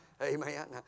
Amen